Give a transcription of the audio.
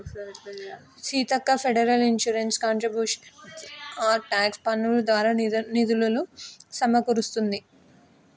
Seethakka federal insurance contributions act tax పన్నులు దారా నిధులులు సమకూరుస్తుంది